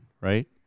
right